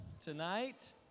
tonight